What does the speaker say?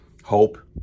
Hope